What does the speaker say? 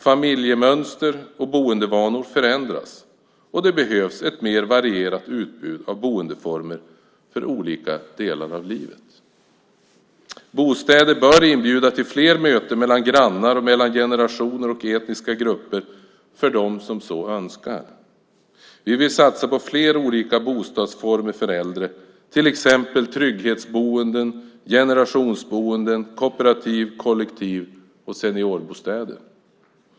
Familjemönster och boendevanor förändras, och det behövs ett mer varierat utbud av boendeformer för olika delar av livet. Bostäder bör inbjuda till fler möten mellan grannar och mellan generationer och etniska grupper för dem som så önskar. Vi vill satsa på fler olika bostadsformer för äldre, till exempel trygghetsboenden, generationsboenden, kooperativ, kollektiv och seniorbostäder.